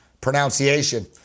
pronunciation